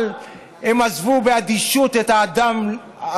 אבל הם עזבו באדישות את האדם,